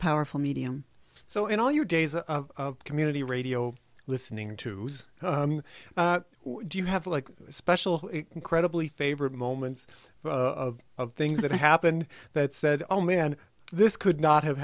powerful medium so in all your days of community radio listening to do you have like special incredibly favorite moments of of things that happened that said oh man this could not have